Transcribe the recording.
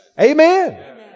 Amen